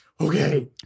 Okay